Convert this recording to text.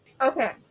Okay